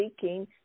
seeking